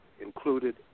included